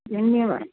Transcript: धन्यवाद